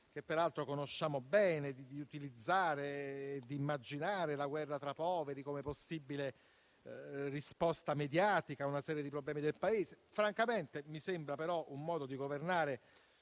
che peraltro conosciamo bene: utilizzare e immaginare la guerra tra poveri come possibile risposta mediatica a una serie di problemi del Paese. Francamente questo mi sembra un modo di governare